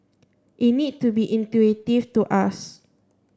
it needs to be intuitive to us